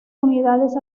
unidades